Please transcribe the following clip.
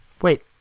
Wait